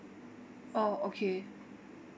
orh okay